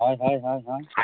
ᱦᱚᱭ ᱦᱚᱭ ᱦᱚᱭ